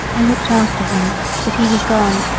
i looked after him, but he was gone,